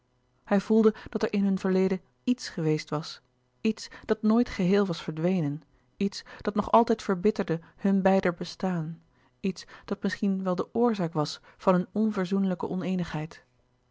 hij voelde dat er in hun verleden i e t s geweest was iets dat nooit geheel was verdwenen iets dat nog altijd verbitterde hun beider bestaan iets dat misschien wel de oorzaak was van hun